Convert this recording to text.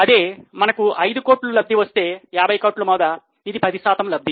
అదే మనకు ఐదు కోట్లు లబ్ధి వస్తే 50 కోట్ల మీద ఇది 10 శాతము లబ్ది